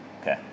Okay